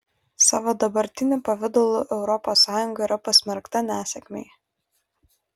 savo dabartiniu pavidalu europos sąjunga yra pasmerkta nesėkmei